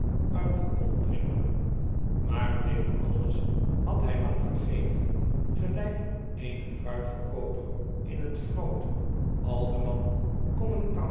uit de pomp drinken maar dit alles had hy lang vergeten gelijk eenen fruitverkooper in het groot